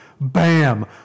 bam